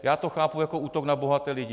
Já to chápu jako útok na bohaté lidi.